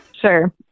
Sure